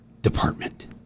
Department